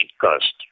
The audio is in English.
cost